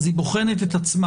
אז היא בוחנת את עצמה,